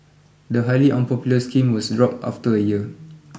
the highly unpopular scheme was dropped after a year